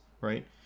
right